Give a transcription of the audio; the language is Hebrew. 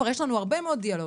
כבר יש לנו הרבה מאוד דיאלוגים.